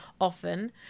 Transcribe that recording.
often